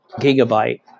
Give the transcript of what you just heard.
gigabyte